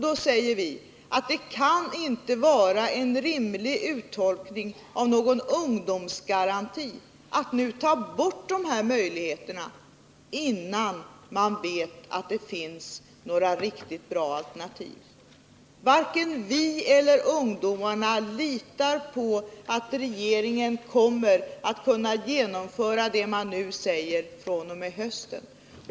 Då säger vi: Det kan inte vara en rimlig uttolkning av någon ungdomsgaranti att nu ta bort de här möjligheterna innan man vet att det finns några riktigt bra alternativ. Varken vi eller ungdomarna litar på att regeringen kommer att kunna genomföra det man nu föreslår fr.o.m. i höst.